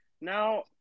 now